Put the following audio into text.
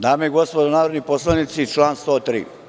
Dame i gospodo narodni poslanici, član 103.